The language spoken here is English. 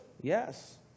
Yes